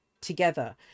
together